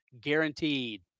guaranteed